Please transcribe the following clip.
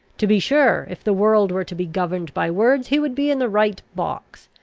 to be sure, if the world were to be governed by words, he would be in the right box.